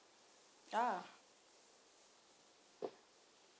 ah